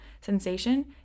sensation